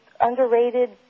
underrated